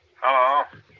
hello